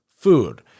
food